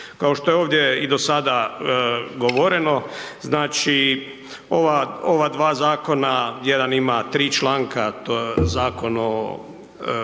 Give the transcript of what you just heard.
Kao što je ovdje i do sada govoreno, znači ova, ova dva zakona jedan ima tri članka, to je zakon o ova,